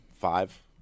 five